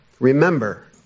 Remember